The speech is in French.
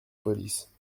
police